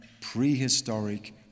prehistoric